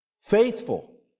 faithful